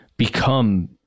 Become